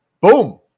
boom